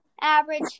average